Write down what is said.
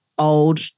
old